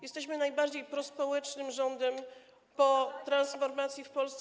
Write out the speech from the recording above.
Jesteśmy najbardziej prospołecznym rządem po transformacji w Polsce.